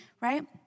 Right